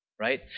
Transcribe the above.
Right